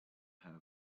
have